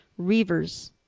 Reavers